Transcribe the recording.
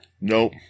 Nope